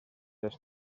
les